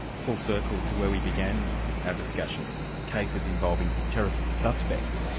full circle, to where we began our discussion, cases involving terrorist suspects,